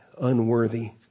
unworthy